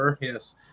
Yes